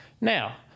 Now